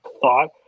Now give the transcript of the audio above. thought